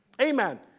Amen